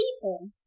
people